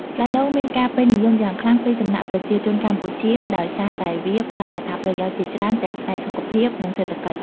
ផ្លែដូងមានការពេញនិយមយ៉ាងខ្លាំងពីសំណាក់ប្រជាជនកម្ពុជាដោយសារតែវាផ្តល់អត្ថប្រយោជន៍ជាច្រើនទាំងផ្នែកសុខភាព និងសេដ្ឋកិច្ច។